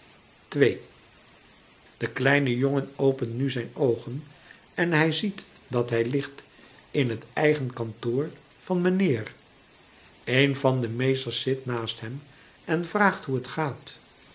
de kleine jongen opent nu zijn oogen en hij ziet dat hij ligt in het eigen kantoor van meneer een van de meesters zit naast hem en vraagt hoe het gaat